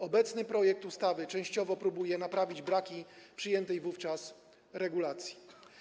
Obecny projekt ustawy częściowo próbuje naprawić braki przyjętej wówczas regulacji.